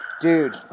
dude